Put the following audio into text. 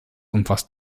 umfasst